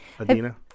Adina